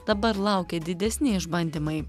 dabar laukia didesni išbandymai